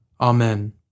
Amen